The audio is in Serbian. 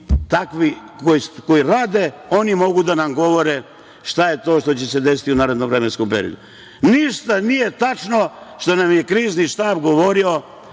takvi koji rade, oni mogu da nam govore šta je to što će se desti u narednom vremenskom periodu. Ništa nije tačno što nam je Krizni štab govorio